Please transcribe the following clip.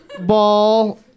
ball